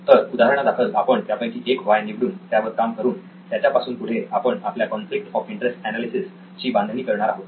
तर उदाहरणादाखल आपण त्यापैकी एक व्हाय निवडूनत्यावर काम करून त्याच्यापासून पुढे आपण आपल्या कॉन्फ्लिक्ट ऑफ इंटरेस्ट एनालिसिस ची बांधणी करणार आहोत